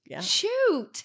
shoot